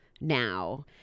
now